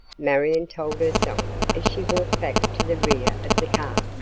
marion told herself as she walked back to the rear of the car.